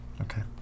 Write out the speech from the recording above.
Okay